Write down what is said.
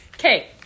Okay